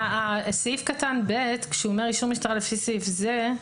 סעיף קטן (ב) אומר "אישור משטרה לפי סעיף זה",